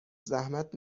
زحمت